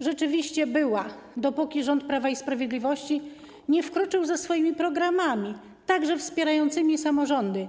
rzeczywiście była, dopóki rząd Prawa i Sprawiedliwości nie wkroczył ze swoimi programami, wspierającymi także samorządy.